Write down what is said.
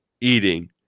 eating